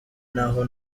n’aho